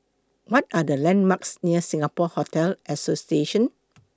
What Are The landmarks near Singapore Hotel Association